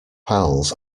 pals